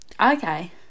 Okay